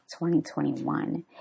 2021